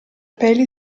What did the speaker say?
peli